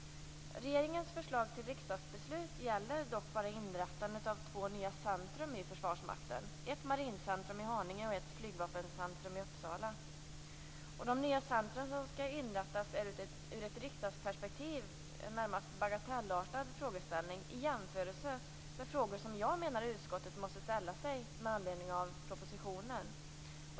Regeringens förslag till riksdagsbeslut gäller dock bara inrättandet av två nya centrum i Försvarsmakten: ett marincentrum i Haninge och ett flygvapencentrum i Uppsala. De nya centrum som skall inrättas är en i ett riksdagsperspektiv närmast bagatellartad frågeställning i jämförelse med frågor som jag menar att utskottet måste ställa sig med anledning av propositionen.